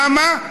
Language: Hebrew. למה?